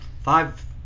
five